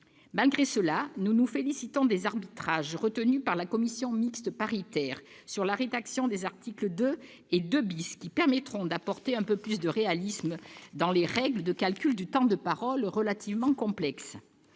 Malgré cela, nous nous félicitons des arbitrages retenus par la commission mixte paritaire sur la rédaction des articles 2 et 2 , qui permettront d'apporter un peu plus de réalisme dans des règles de calcul de temps de parole relativement complexes.